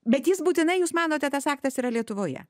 bet jis būtinai jūs manote tas aktas yra lietuvoje